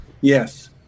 Yes